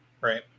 Right